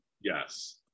yes